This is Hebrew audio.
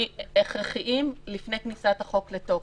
הכרחיים לפני כניסת החוק לתוקף,